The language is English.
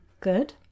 Good